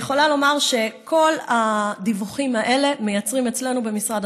אני יכולה לומר שכל הדיווחים האלה מייצרים אצלנו במשרד